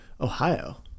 Ohio